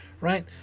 right